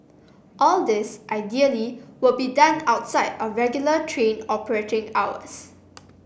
all this ideally would be done outside of regular train operating hours